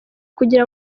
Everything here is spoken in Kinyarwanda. kugira